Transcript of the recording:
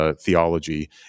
theology